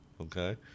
Okay